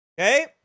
Okay